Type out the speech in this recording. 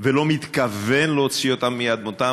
ולא מתכוון להוציא אותם מאדמתם.